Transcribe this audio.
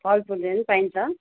फलफुलहरू पनि पाइन्छ